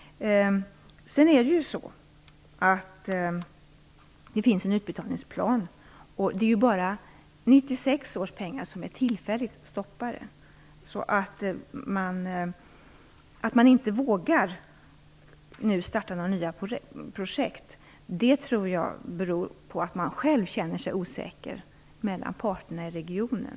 Det finns en utbetalningsplan, och det är bara 1996 års pengar som är tillfälligt stoppade. Om man nu inte vågar starta några nya projekt tror jag det beror på att man känner osäkerhet parterna emellan i regionen.